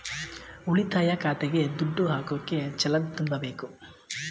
ಉಳಿತಾಯ ಖಾತೆಗೆ ದುಡ್ಡು ಹಾಕೋಕೆ ಚಲನ್ ತುಂಬಬೇಕು